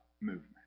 movement